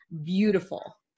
beautiful